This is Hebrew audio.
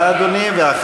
תודה.